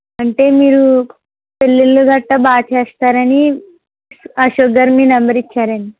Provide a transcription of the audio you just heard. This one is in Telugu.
అంటే మీరు పెళ్లిళ్లు గట్టా బాగా చేస్తారని అశోక్ గారు మీ నెంబర్ ఇచ్చారండి